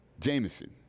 Jameson